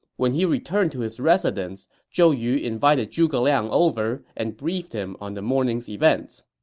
when he returned to his residence, zhou yu invited zhuge liang over and briefed him on the morning's events